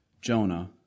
Jonah